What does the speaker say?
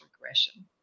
regression